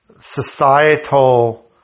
societal